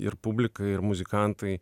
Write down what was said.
ir publika ir muzikantai